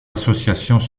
associations